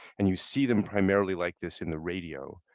and you see them primarily like this in the radio.